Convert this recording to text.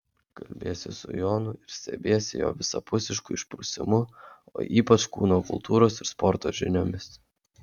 kalbiesi su jonu ir stebiesi jo visapusišku išprusimu o ypač kūno kultūros ir sporto žiniomis